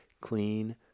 clean